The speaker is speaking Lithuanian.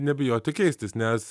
nebijoti keistis nes